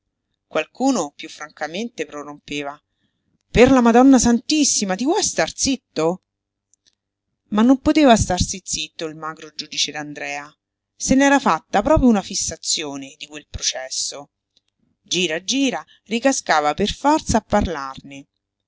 qualcuno piú francamente prorompeva per la madonna santissima ti vuoi star zitto ma non poteva starsi zitto il magro giudice d'andrea se n'era fatta proprio una fissazione di quel processo gira gira ricascava per forza a parlarne